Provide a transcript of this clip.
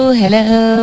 hello